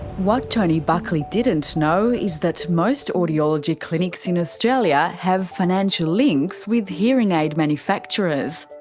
what tony buckley didn't know is that most audiology clinics in australia have financial links with hearing aid manufacturers.